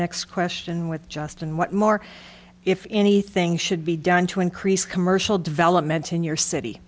next question with justin what more if anything should be done to increase commercial development in your city